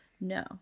no